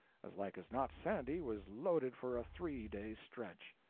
as like as not, sandy was loaded for a three-day stretch.